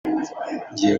njyiye